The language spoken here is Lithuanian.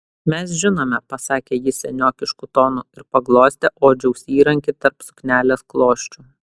mes žinome pasakė ji seniokišku tonu ir paglostė odžiaus įrankį tarp suknelės klosčių